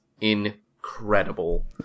incredible